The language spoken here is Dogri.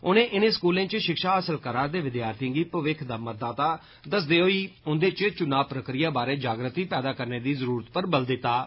उनें स्कूले च षिक्षा हासिल करा'रदे विद्यार्थिएं गी भविक्ख दा मतदाता दस्सदे होई उंदे च चुनां प्रक्रिया बारै जागृति पैदा करने दी जरूरत पर बल दित्ता ऐ